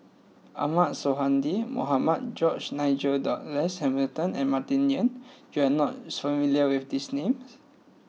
Ahmad Sonhadji Mohamad George Nigel Douglas Hamilton and Martin Yan you are not familiar with these names